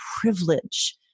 privilege